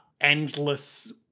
endless